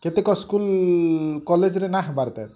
କେତେକ ସ୍କୁଲ କଲେଜରେ ନା ହେବାର୍ ତେ